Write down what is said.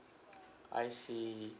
I see